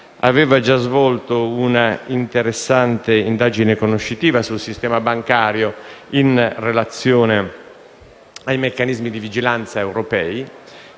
aveva già svolto un'interessante indagine conoscitiva sul sistema bancario, in relazione ai meccanismi di vigilanza europei,